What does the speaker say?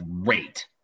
great